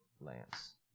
Lance